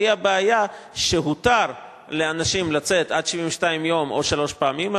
והיא הבעיה שהותר לאנשים לצאת עד 72 יום או שלוש פעמים,